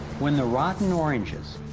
when the rotten oranges,